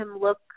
look